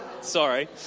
sorry